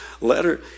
letter